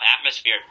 atmosphere